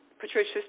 Patricia